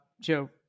joe